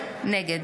נגד